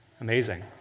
Amazing